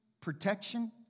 protection